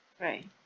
right